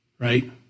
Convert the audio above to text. Right